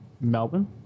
Melbourne